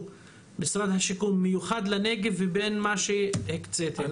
במשרד השיכון במיוחד לנגב לבין מה שהקצתם?